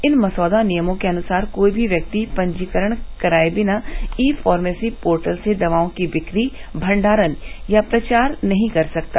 इन मसौदा नियमों के अनुसार कोई भी व्यक्ति पंजीकरण कराये बिना ई फार्मेसी पोर्टल से दवाओं की बिक्री भण्डारण या प्रचार नहीं कर सकता